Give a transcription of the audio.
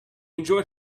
enjoyed